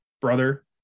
brother